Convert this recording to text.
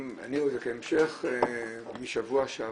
כהמשך, אני רואה את זה כהמשך משבוע שעבר,